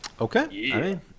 Okay